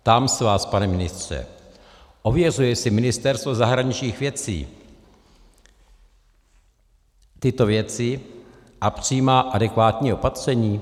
Ptám se vás, pane ministře: Ověřuje si Ministerstvo zahraničních věcí tyto věci a přijímá adekvátní opatření?